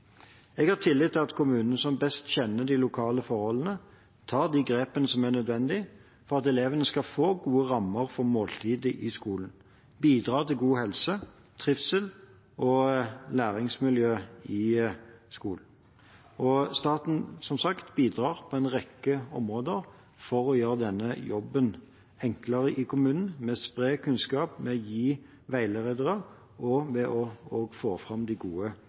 Jeg har tillit til at kommunene, som best kjenner de lokale forholdene, tar de grepene som er nødvendige for at elevene skal få gode rammer for måltidet i skolen, og for å bidra til god helse, trivsel og læringsmiljø i skolen. Staten bidrar som sagt på en rekke områder for å gjøre denne jobben enklere i kommunen ved å spre kunnskap, gi veiledere og få fram de gode